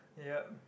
yup